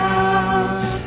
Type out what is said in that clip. out